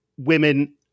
women